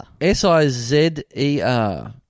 S-I-Z-E-R